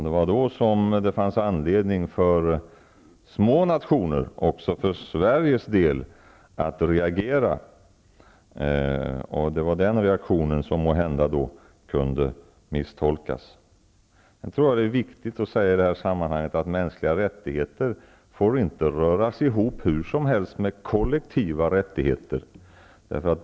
Det var i det sammanhanget det fanns anledning för små nationer, också för Sverige, att reagera, och det var den reaktionen som måhända kunde misstolkas. Jag tror att det i det här sammanhanget är viktigt att säga att mänskliga rättigheter inte får röras ihop med kollektiva rättigheter hur som helst.